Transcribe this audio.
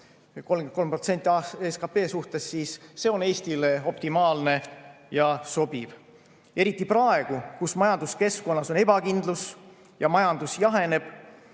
on see kõikunud –, on Eestile optimaalne ja sobiv. Eriti praegu, kui majanduskeskkonnas on ebakindlus ja majandus jaheneb,